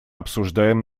обсуждаем